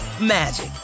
magic